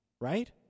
right